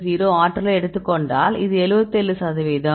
320 ஆற்றலை எடுத்துக்கொண்டால் இது 77 சதவீதம்